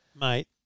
Mate